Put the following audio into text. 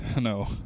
no